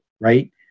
Right